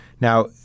Now